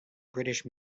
british